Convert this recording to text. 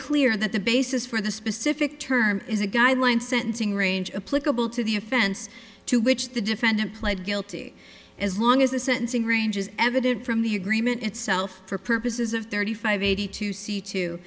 clear that the basis for the specific term is a guideline sentencing range of political to the offense to which the defendant pled guilty as long as the sentencing range is evident from the agreement itself for purposes of thirty five eighty to see to